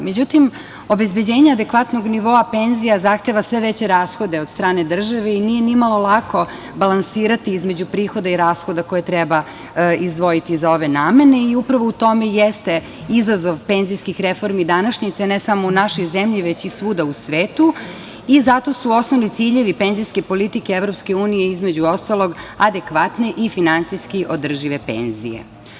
Međutim, obezbeđenje adekvatnog nivoa penzija zahteva sve veće rashode od strane države i nije ni malo lako balansirati između prihoda i rashoda koje treba izdvojiti za ove namene i upravo u tome i jeste izazov penzijskih reformi današnjice, ne samo u našoj zemlji, veći i svuda u svetu, i zato su osnovni ciljevi penzijske politike EU između ostalog adekvatne i finansijski održive penzije.